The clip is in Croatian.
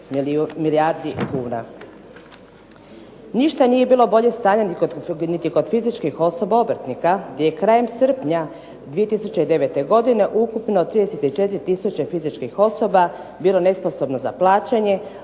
nije bilo bolje stanje ni kod fizičkih osoba obrtnika gdje je krajem srpnja 2009. godine ukupno 34 tisuće fizičkih osoba bilo nesposobno za plaćanje,